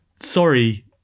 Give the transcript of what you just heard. sorry